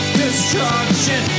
destruction